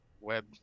web